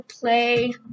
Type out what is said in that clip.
play